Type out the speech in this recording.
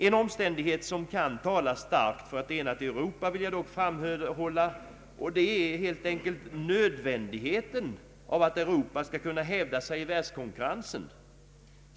En omständighet som kan tala starkt för ett enat Europa är nödvändigheten av att Europa skall kunna hävda sig i världskonkurrensen.